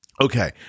Okay